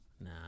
Nah